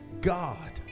God